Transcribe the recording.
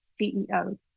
CEO